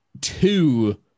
Two